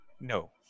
no